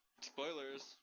Spoilers